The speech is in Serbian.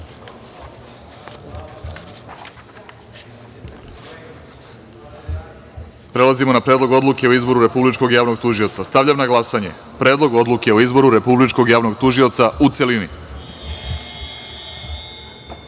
zakona. Prelazimo na Predlog odluke o izboru Republičkog javnog tužioca. Stavljam na glasanje Predlog odluke o izboru Republičkog javnog tužioca, u